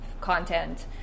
content